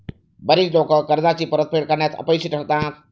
बरीच लोकं कर्जाची परतफेड करण्यात अपयशी ठरतात